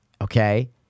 okay